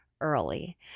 early